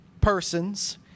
persons